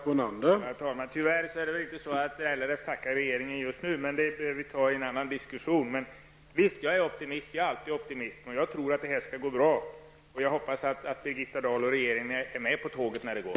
Herr talman! Tyvärr har LRF inte något att tacka regeringen för just nu. Det kan vi diskutera vid något annat tillfälle. Visst, jag är alltid optimist. Jag tror att detta kommer att gå bra. Jag hoppas att Birgitta Dahl och regeringen är med på tåget när det går.